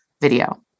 video